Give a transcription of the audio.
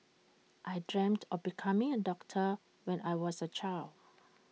I dreamt of becoming A doctor when I was A child